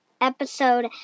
episode